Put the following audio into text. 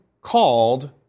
called